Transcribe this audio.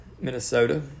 Minnesota